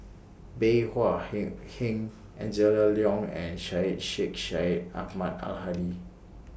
Bey Hua He Heng Angela Liong and Syed Sheikh Syed Ahmad Al Hadi